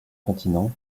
continents